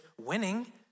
winning